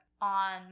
on